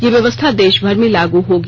यह व्यवस्था देशभर में लागू होगी